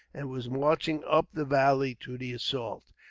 and was marching up the valley to the assault.